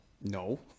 No